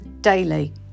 daily